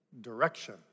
direction